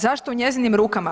Zašto u njezinim rukama?